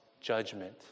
judgment